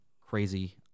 Crazy